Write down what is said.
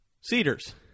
cedars